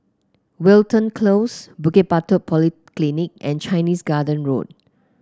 Wilton Close Bukit Batok Polyclinic and Chinese Garden Road